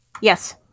Yes